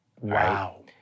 Wow